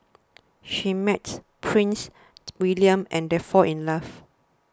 she meets Prince Siegfried and they fall in love